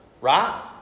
Right